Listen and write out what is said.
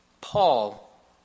Paul